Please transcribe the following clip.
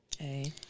Okay